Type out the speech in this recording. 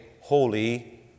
holy